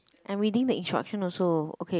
I'm reading the instruction also okay